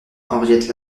henriette